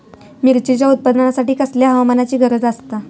मिरचीच्या उत्पादनासाठी कसल्या हवामानाची गरज आसता?